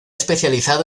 especializado